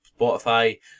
spotify